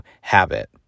habit